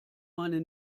meine